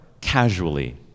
casually